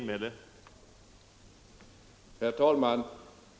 Herr talman!